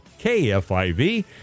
KFIV